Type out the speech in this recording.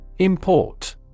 Import